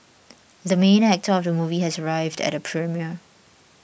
the main actor of the movie has arrived at the premiere